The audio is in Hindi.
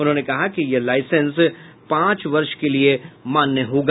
उन्होंने कहा कि यह लाईसेंस पांच वर्ष के लिए मान्य होगा